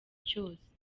cyose